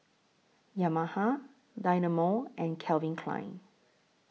Yamaha Dynamo and Calvin Klein